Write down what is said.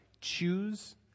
choose